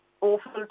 awful